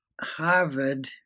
Harvard